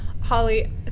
Holly